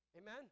Amen